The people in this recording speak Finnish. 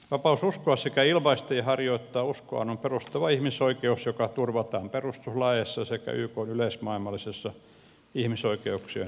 vapaus uskoa sekä ilmaista ja harjoittaa uskoaan on perustava ihmisoikeus joka turvataan perustuslaeissa sekä ykn yleismaailmallisessa ihmisoikeuksien julistuksessa